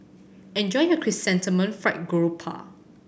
enjoy your Chrysanthemum Fried Garoupa